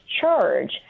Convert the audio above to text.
charge